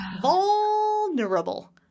Vulnerable